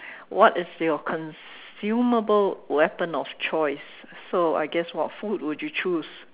what is your consumable weapon of choice so I guess what food would you choose